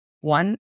One